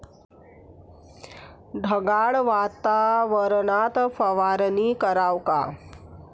ढगाळ वातावरनात फवारनी कराव का?